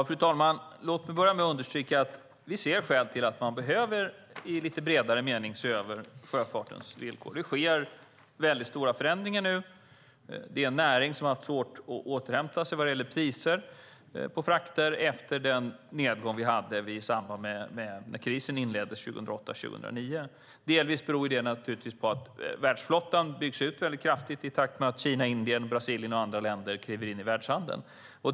Fru talman! Låt mig börja med att understryka att vi ser skäl till att man i lite vidare mening behöver se över sjöfartens villkor. Väldigt stora förändringar sker nu. Det här är en näring som har haft svårt att återhämta sig när det gäller priser på frakter efter den nedgång vi hade i samband med att krisen inleddes 2008-2009. Delvis beror det naturligtvis på att världsflottan byggs ut mycket kraftigt i takt med att Kina, Indien, Brasilien och andra länder kliver in i världshandeln.